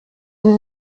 sie